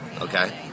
Okay